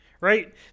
Right